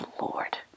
lord